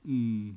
mm